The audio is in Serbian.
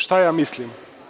Šta ja mislim?